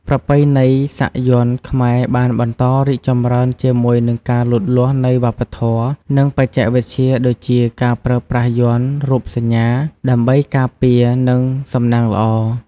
ប្រពៃណីសាក់យ័ន្តខ្មែរបានបន្តរីកចម្រើនជាមួយនឹងការលូតលាស់នៃវប្បធម៌ និងបច្ចេកវិទ្យាដូចជា ការប្រើប្រាស់យ័ន្ត (រូបសញ្ញា) ដើម្បីការពារ និងសំណាងល្អ។